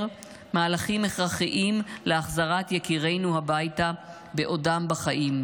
מהלכים הכרחיים להחזרת יקירינו הביתה בעודם בחיים,